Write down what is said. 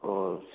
और